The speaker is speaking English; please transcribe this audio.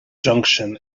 junction